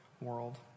world